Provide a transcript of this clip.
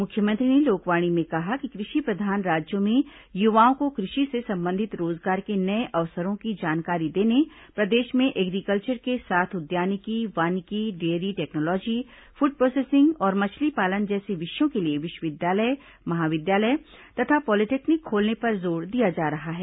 मुख्यमंत्री ने लोकवाणी में कहा कि कृषि प्रधान राज्य में युवाओं को कृषि से संबंधित रोजगार के नये अवसरों की जानकारी देने प्रदेश में एग्रीकल्चर के साथ उद्यानिकी वानिकी डेयरी टेक्नोलॉजी फूड प्रोसेसिंग और मछली पालन जैसे विषयों के लिए विश्वविद्यालय महाविद्यालय तथा पॉलीटेक्निक खोलने पर जोर दिया जा रहा है